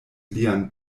lian